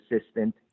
assistant